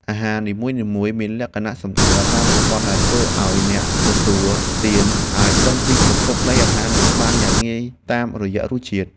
អាហារនីមួយៗមានលក្ខណៈសម្គាល់តាមតំបន់ដែលធ្វើឱ្យអ្នកទទួលទានអាចដឹងពីប្រភពនៃអាហារនោះបានយ៉ាងងាយតាមរយៈរសជាតិ។